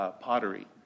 pottery